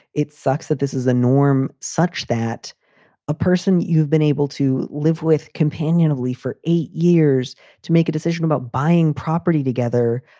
it sucks that this is a norm such that a person you've been able to live with companionably for eight years to make a decision about buying property together.